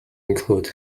include